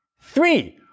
Three